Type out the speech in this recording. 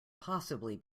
possibly